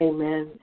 Amen